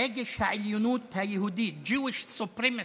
רגש העליונות היהודית, Jewish Supremacy,